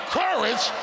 courage